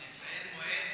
לציין מועד,